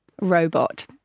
robot